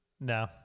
No